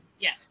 yes